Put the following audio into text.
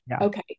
okay